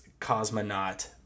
Cosmonaut